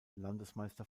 landesmeister